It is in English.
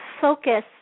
focus